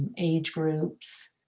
age groups,